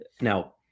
Now